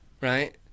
right